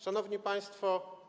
Szanowni Państwo!